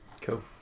cool